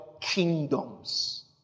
kingdoms